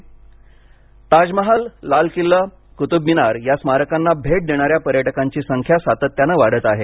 रुमारक ताजमहाल लाल किल्ला कुतुब मीनार या स्मारकांना भेट देणाऱ्या पर्यटकांची संख्या सातत्याने वाढत आहे